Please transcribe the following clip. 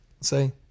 say